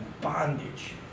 bondage